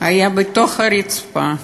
היה בתוך הרצפה,